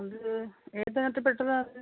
അത് ഏതിനത്തിൽ പെട്ടതാണ് അത്